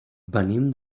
venim